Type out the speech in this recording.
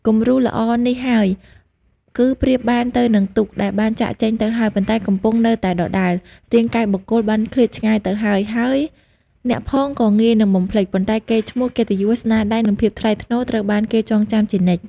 គំរូល្អនេះហើយ គឺប្រៀបបានទៅនឹងទូក ដែលបានចាកចេញទៅហើយ ប៉ុន្តែកំពង់នៅតែដដែល។ រាងកាយបុគ្គលបានឃ្លាតឆ្ងាយទៅហើយ ហើយអ្នកផងក៏ងាយនិងបំភ្លេច ប៉ុន្តែកេរ្តិ៍ឈ្មោះ កិត្តិយស ស្នាដៃ និងភាពថ្លៃថ្នូរត្រូវបានគេចងចាំជានិច្ច។